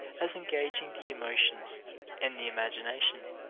as engaging the emotions and the imagination,